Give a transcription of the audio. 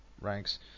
ranks